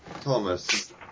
Thomas